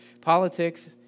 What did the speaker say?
politics